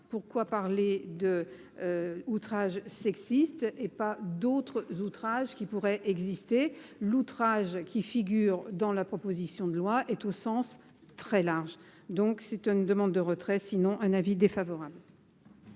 pourquoi parler de outrage sexiste et pas d'autres outrage qui pourrait exister l'outrage qui figurent dans la proposition de loi est au sens très large, donc c'est une demande de retrait sinon un avis défavorable.